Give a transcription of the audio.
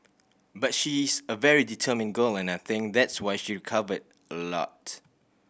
but she's a very determined girl and I think that's why she recovered a lot